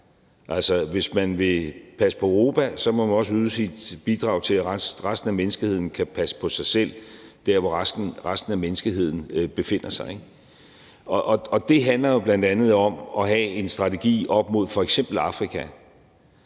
hvis man vil passe på Europa, må man også yde sit bidrag til, at resten af menneskeheden kan passe på sig selv der, hvor resten af menneskeheden befinder sig. Og det handler jo bl.a. om at have en strategi for f.eks. Afrika,